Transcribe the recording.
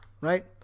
right